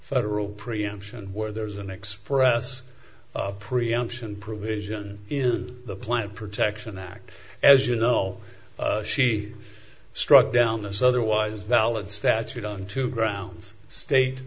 federal preemption where there is an express of preemption provision in the pledge protection act as you know she struck down this other was valid statute on two grounds state